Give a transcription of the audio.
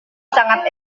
sangat